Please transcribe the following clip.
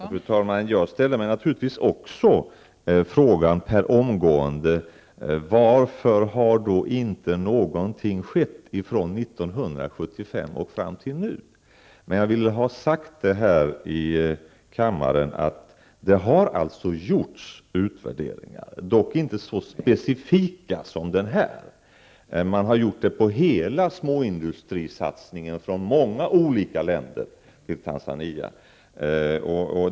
Fru talman! Jag frågade mig naturligtvis också omgående varför ingenting har skett under tiden från 1975 och fram tills nu. Jag vill ha sagt här i kammaren att det har gjorts utvärderingar, dock inte så specifika sådana som just den här. Det har gällt hela småindustrisatsningen, från många olika länders sida till förmån för Tanzania.